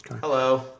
Hello